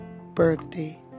birthday